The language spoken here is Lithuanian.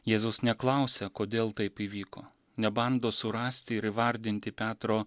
jėzus neklausia kodėl taip įvyko nebando surasti ir įvardinti petro